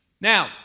Now